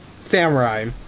samurai